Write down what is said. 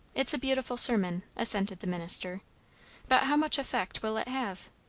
it's a beautiful sermon, assented the minister but how much effect will it have?